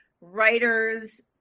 writers